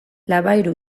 labayru